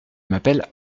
m’appelle